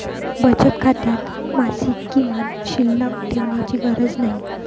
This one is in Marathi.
बचत खात्यात मासिक किमान शिल्लक ठेवण्याची गरज नाही